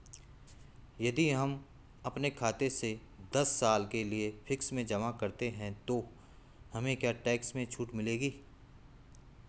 यदि हम अपने खाते से दस साल के लिए फिक्स में जमा करते हैं तो हमें क्या टैक्स में छूट मिलेगी?